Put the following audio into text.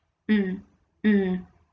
mm mm